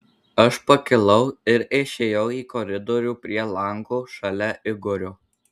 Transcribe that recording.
aš pakilau ir išėjau į koridorių prie lango šalia igorio